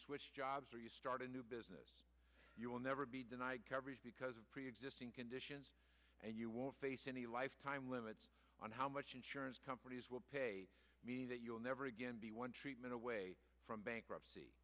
switched jobs or you start a new business you will never be denied coverage because of preexisting conditions and you won't face any lifetime limits on how much insurance companies will pay me that you'll never again be one treatment away from bankruptcy